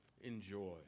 enjoy